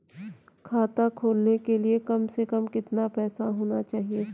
खाता खोलने के लिए कम से कम कितना पैसा होना चाहिए?